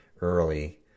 early